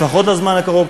לפחות בזמן הקרוב.